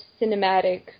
cinematic